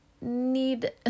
need